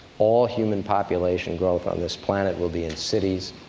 all human population growth on this planet will be in cities.